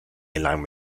gelang